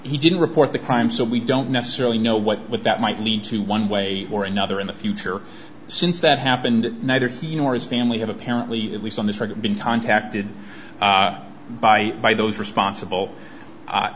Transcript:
he didn't report the crime so we don't necessarily know what that might lead to one way or another in the future since that happened neither he nor his family have apparently at least on this record been contacted by by those responsible